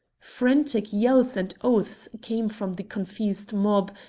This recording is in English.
frantic yells and oaths came from the confused mob,